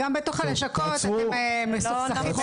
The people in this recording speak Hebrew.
גם בתוך הלשכות אתם מסוכסכים.